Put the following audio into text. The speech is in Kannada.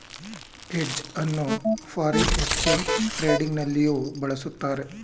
ಹೆಡ್ಜ್ ಅನ್ನು ಫಾರಿನ್ ಎಕ್ಸ್ಚೇಂಜ್ ಟ್ರೇಡಿಂಗ್ ನಲ್ಲಿಯೂ ಬಳಸುತ್ತಾರೆ